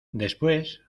después